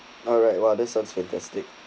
alright !wah! that's so fantastic